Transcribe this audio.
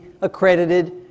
accredited